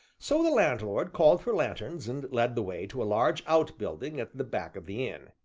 so the landlord called for lanthorns and led the way to a large outbuilding at the back of the inn,